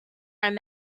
him